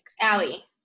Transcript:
Allie